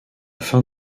fin